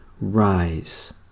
Rise